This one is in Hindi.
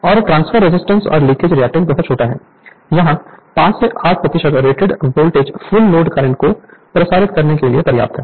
और ट्रांसफर रेजिस्टेंस और लीकेज रिएक्टेंस बहुत छोटी है यहां 5 से 8 प्रतिशत rated voltage full load current को प्रसारित करने के लिए पर्याप्त है